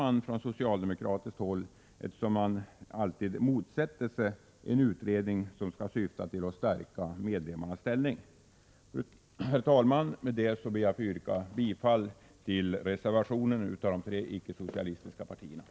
Vad fruktar socialdemokraterna, eftersom man alltid motsätter sig en utredning som skall syfta till att stärka medlemmarnas ställning? Herr talman! Med detta ber jag att få yrka bifall till reservationen av de tre icke-socialistiska partierna.